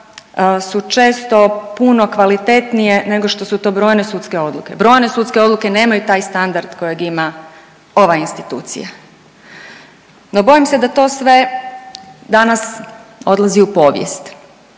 su često puno kvalitetnije nego što su to brojne sudske odluke. Brojne sudske odluke nemaju taj standard kojeg ima ova institucija. No, bojim se da to sve danas odlazi u povijest.